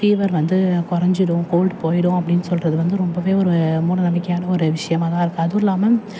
fever வந்து கொறைஞ்சிடும் cold போய்டும் அப்படின்னு சொல்கிறது வந்து ரொம்பவே ஒரு மூட நம்பிக்கையான ஒரு விஷயமா தான் இருக்குது அதுவும் இல்லாமல்